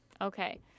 Okay